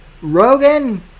Rogan